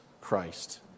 Christ